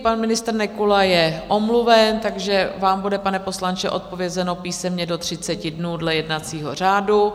Pan ministr Nekula je omluven, takže vám bude, pane poslanče, odpovězeno písemně do 30 dnů dle jednacího řádu.